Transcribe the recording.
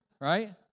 Right